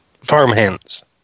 farmhands